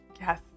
yes